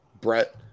Brett